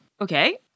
Okay